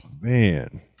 man